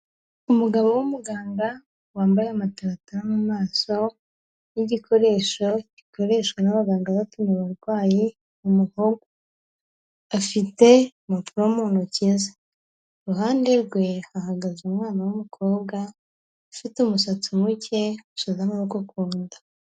Umugabo w'umuganga wambaye amatarata mu maso n'igikoresho gikoreshwa n'abaganga bavura abarwayi mu muhogo. Afite impapuro mu ntoki ze, iruhande rwe hahagaze umwana w'umukobwa ufite umusatsi muke washize amaboko ku nda.